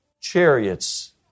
chariots